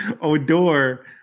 Odor